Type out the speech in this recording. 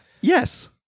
Yes